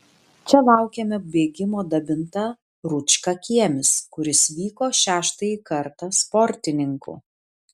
čia laukėme bėgimo dabinta rūčkakiemis kuris vyko šeštąjį kartą sportininkų